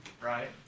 Right